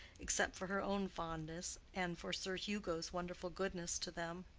except for her own fondness and for sir hugo's wonderful goodness to them.